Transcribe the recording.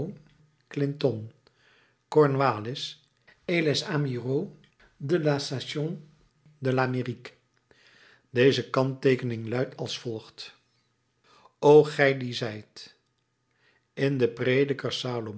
les amiraux de la station de l'amérique deze kantteekening luidt als volgt o gij die zijt in den